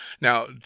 Now